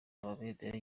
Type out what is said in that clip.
amabendera